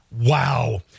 wow